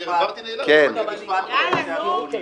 אני --- לאילטוב.